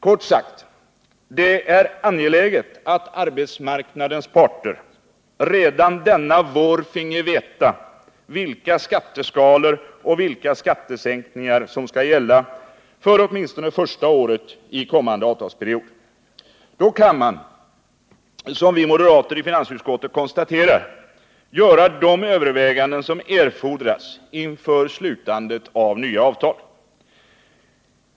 Kort sagt: Det är angeläget att arbetsmarknadens parter redan denna vår får veta vilka skatteskalor och vilka skattesänkningar som skall gälla för åtminstone första året i kommande avtalsperiod. Då kan man, som vi moderater i finansutskottet konstaterar, göra de överväganden som erfordras inför slutandet av nya avtal.